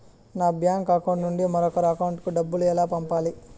నా bank account నుండి మరొకరి అకౌంట్ కు డబ్బులు ఎలా పంపాలి